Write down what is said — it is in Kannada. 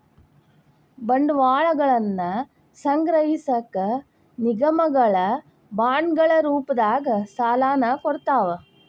ಬಂಡವಾಳವನ್ನ ಸಂಗ್ರಹಿಸಕ ನಿಗಮಗಳ ಬಾಂಡ್ಗಳ ರೂಪದಾಗ ಸಾಲನ ಕೊಡ್ತಾವ